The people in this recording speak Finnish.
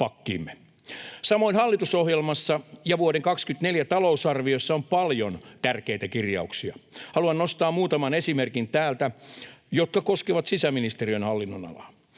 Samoin hallitusohjelmassa ja vuoden 24 talousarviossa on paljon tärkeitä kirjauksia. Haluan nostaa täältä muutaman esimerkin, jotka koskevat sisäministeriön hallinnonalaa.